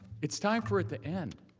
it is time for it to end.